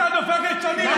אתה דופק את גבעתי.